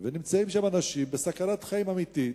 ונמצאים שם אנשים בסכנת חיים אמיתית,